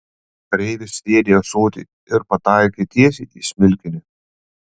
kareivis sviedė ąsotį ir pataikė tiesiai į smilkinį